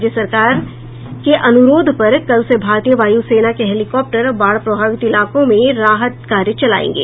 राज्य सरकार के अनुरोध पर कल से भारतीय वायु सेना के हेलिकॉप्टर बाढ़ प्रभावित इलाकों में राहत कार्य चलायेंगे